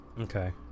okay